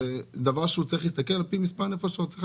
וזה דבר שצריך להסתכל עליו על פי מספר נפשות.